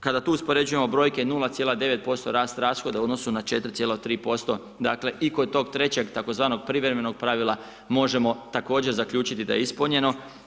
Kada tu uspoređujemo brojke 0,9% rast rashoda u odnosu na 4,3% dakle i kod tog trećeg tzv. privremenog pravila možemo također zaključiti da je ispunjeno.